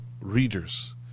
readers